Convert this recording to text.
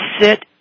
sit